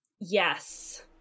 Yes